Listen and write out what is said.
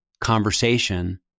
conversation